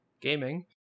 gaming